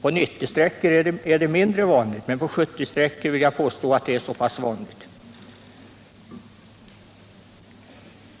Överträdelserna är mindre vanliga på 90-sträckor, men på 70-sträckor är de, vill jag påstå, så pass vanliga som jag nyss angav.